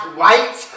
white